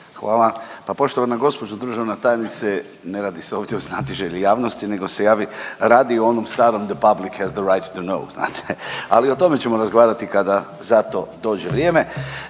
Hvala. Pa poštovana gospođo državna tajnice, ne radi se ovdje o znatiželji javnosti, nego se radi o onom starom the public has the right to know. Ali o tome ćemo razgovarati kada za to dođe vrijeme.